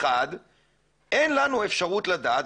אין לנו אפשרות לדעת,